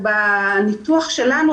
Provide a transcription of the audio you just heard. על פי הניתוח שלנו,